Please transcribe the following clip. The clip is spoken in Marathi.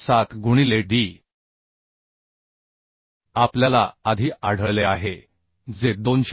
7 गुणिले d आपल्याला आधी आढळले आहे जे 295